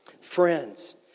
Friends